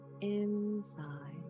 inside